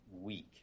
weak